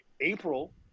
April